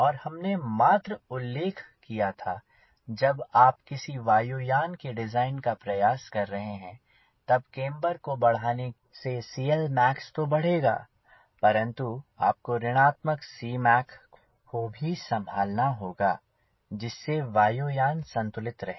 और हमने मात्र उल्लेख किया था कि जब आप किसी वायुयान के डिज़ाइन का प्रयास कर रहे हैं तब केम्बर को बढ़ाने से CLmax तो बढ़ेगा परंतु आपको ऋणात्मक C mac को भी संभालना होगा जिससे वायुयान संतुलित रहे